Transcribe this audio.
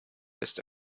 ist